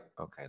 okay